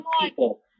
people